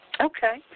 Okay